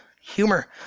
humor